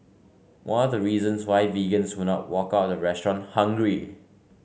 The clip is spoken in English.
one of the reasons why vegans will not walk out of the restaurant hungry